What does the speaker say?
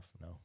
no